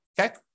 okay